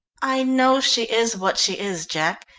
i know she is what she is, jack,